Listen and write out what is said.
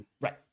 Right